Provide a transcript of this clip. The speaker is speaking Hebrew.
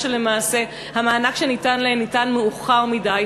שלמעשה המענק שניתן להן ניתן מאוחר מדי,